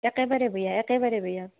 একেবাৰে বেয়া একেবাৰে বেয়া